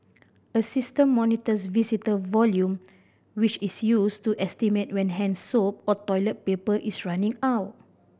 a system monitors visitor volume which is used to estimate when hand soap or toilet paper is running out